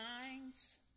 minds